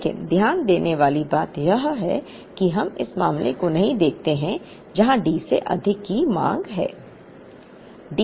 लेकिन ध्यान देने वाली बात यह है कि हम इस मामले को नहीं देखते हैं जहां D से अधिक की मांग है